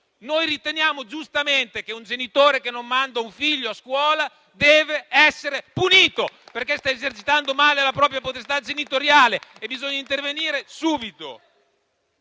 Noi riteniamo giustamente che un genitore che non manda un figlio a scuola debba essere punito, perché sta esercitando male la propria potestà genitoriale e bisogna intervenire subito.